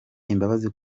imbabazi